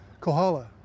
Kohala